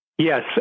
Yes